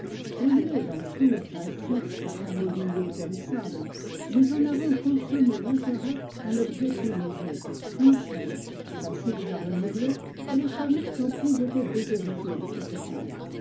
au lieu d'enfouir un fonds dans un mobilier périssable nous en avons consommé l'intérêt en objets plus légers moins chers faciles à renouveler et les familles n'ont plus été déshéritées du capital